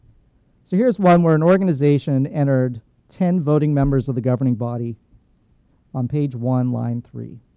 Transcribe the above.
so here's one where an organization entered ten voting members of the governing body on page one, line three.